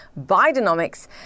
Bidenomics